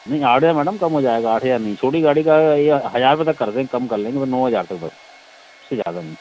नहीं आठ हज़ार मैडम कम हो जाएगा आठ हज़ार नहीं छोटी गाड़ी का यह हज़ार रुपये तक कर देंगे कम कर लेंगे नौ हज़ार तक बस उससे ज़्यादा नहीं